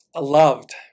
loved